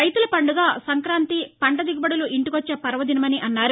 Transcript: రైతుల పండుగ సంక్రాంతి పంట దిగుబడులు ఇంటికొచ్చే పర్వదినమన్నారు